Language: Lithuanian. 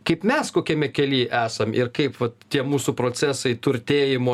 kaip mes kokiame kely esam ir kaip vat tie mūsų procesai turtėjimo